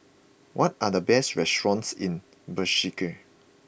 what are the best restaurants in Bishkek